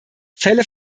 fälle